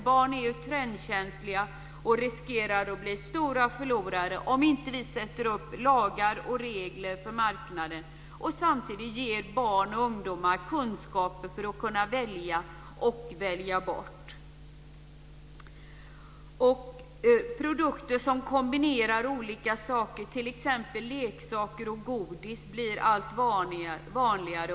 Barn är trendkänsliga, och riskerar att bli stora förlorare om vi inte sätter upp lagar och regler för marknaden och samtidigt ger barn och ungdomar kunskaper för att kunna välja och välja bort. Produkter som kombinerar olika saker, t.ex. leksaker och godis, blir allt vanligare.